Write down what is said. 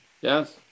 yes